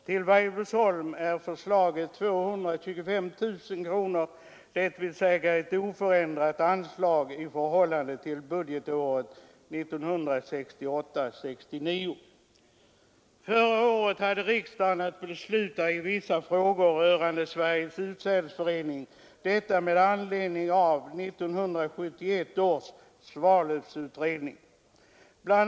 Till Weibullsholm är föreslaget 225 000 kronor, dvs. ett oförändrat anslag i förhållande till budgetåret 1968/69. Förra året hade riksdagen att besluta i vissa frågor rörande Sveriges utsädesförening, detta med anledning av 1971 års Svalövsutredning. Bl.